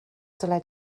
dylai